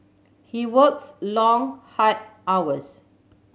he works long hard hours